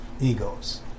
egos